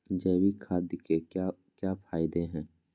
जैविक खाद के क्या क्या फायदे हैं?